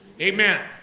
Amen